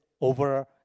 over